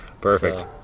Perfect